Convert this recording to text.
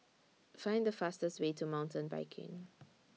Find The fastest Way to Mountain Biking